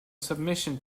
submission